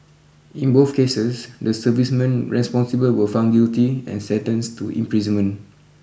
in both cases the servicemen responsible were found guilty and sentenced to imprisonment